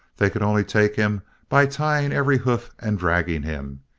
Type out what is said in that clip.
they could only take him by tying every hoof and dragging him,